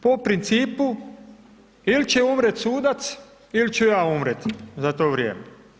Po principu il će umrijet sudac il ću ja umrijet za to vrijeme.